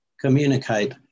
communicate